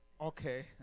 Okay